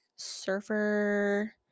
Surfer